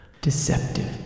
Deceptive